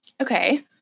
Okay